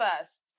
first